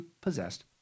possessed